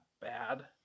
bad